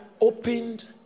opened